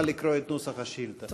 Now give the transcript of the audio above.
נא לקרוא את נוסח השאילתה.